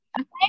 okay